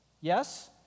Yes